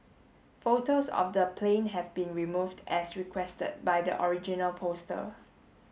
photos of the plane have been removed as requested by the original poster